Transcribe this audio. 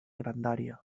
grandària